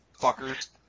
fuckers